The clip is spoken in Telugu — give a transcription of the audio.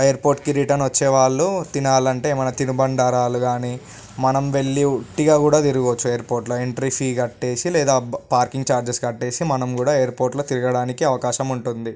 ఎయిర్ పోర్ట్కి రిటర్న్ వచ్చేవాళ్ళు తినాలంటే ఏమైనా తిని బండారాలు గాని మనం వెళ్లి ఉట్టిగా కూడా తిరగొచ్చు ఎయిర్ పోర్ట్లో ఎంట్రీ ఫి కట్టేసి లేదా పార్కింగ్ చార్జెస్ కట్టేసి మనం కూడా ఎయిర్ పోర్ట్లో తిరగడానికి అవకాశం ఉంటుంది